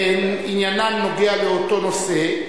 עניינן נוגע לאותו נושא,